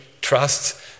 trusts